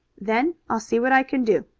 then i'll see what i can do.